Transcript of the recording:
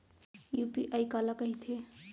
UPI काला कहिथे?